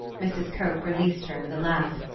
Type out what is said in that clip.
mrs. cope released her with a laugh.